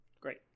Great